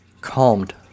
calmed